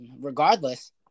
regardless